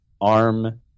arm